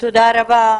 תודה רבה.